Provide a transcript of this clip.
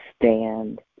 stand